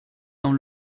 dans